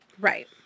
Right